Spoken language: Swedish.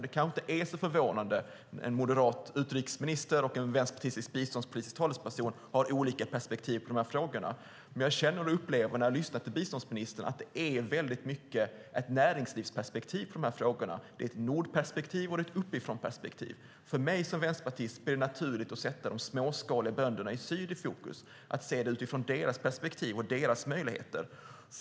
Det kanske inte är så förvånande att en moderat biståndsminister och en vänsterpartistisk biståndspolitisk talesperson har olika perspektiv på frågorna. Men det jag känner och upplever när jag lyssnar till biståndsministern är att det väldigt mycket är ett näringslivsperspektiv på frågorna, att det är ett nordperspektiv och ett uppifrånperspektiv. För mig som vänsterpartist är det naturligt att sätta de småskaliga bönderna i syd i fokus, att se det utifrån deras perspektiv och deras möjligheter.